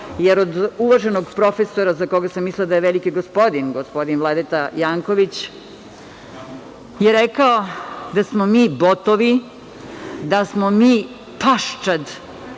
jer od uvaženog profesora za koga sam mislila da je veliki gospodin, gospodin Vladeta Janković je rekao da smo mi botovi, da smo mi paščad